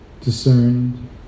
discerned